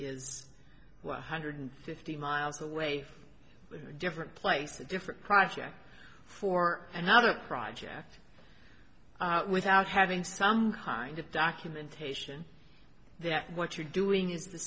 is one hundred fifty miles away different place a different project for another project without having some kind of documentation that what you're doing is the